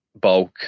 bulk